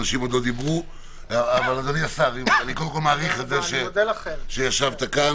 אדוני השר, אני מעריך את זה שישבת פה,